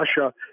Russia